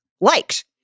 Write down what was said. liked